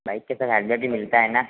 bike के साथ helmet भी मिलता है न